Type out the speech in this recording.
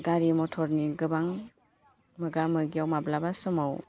गारि मटरनि गोबां मोगा मोगियाव माब्लाबा समाव